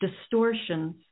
distortions